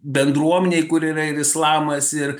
bendruomenei kur yra ir islamas ir